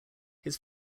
his